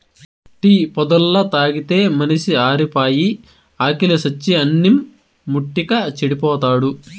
tea పొద్దల్లా తాగితే మనిషి ఆరిపాయి, ఆకిలి సచ్చి అన్నిం ముట్టక చెడిపోతాడు